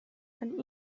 von